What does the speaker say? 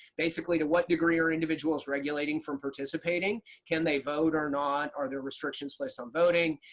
basically, to what degree are individuals regulating from participating? can they vote or not? are there restrictions placed on voting?